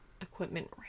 equipment